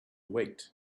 wait